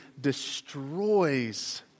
destroys